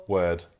word